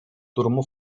durumu